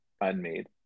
unmade